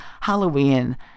Halloween